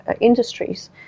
industries